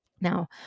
Now